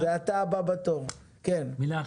א',